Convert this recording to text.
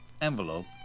envelope